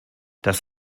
das